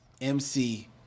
MC